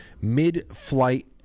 mid-flight